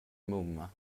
mumma